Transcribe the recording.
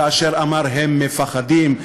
כאשר אמר: הם מפחדים,